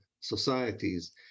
societies